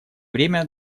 время